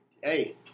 Hey